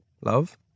love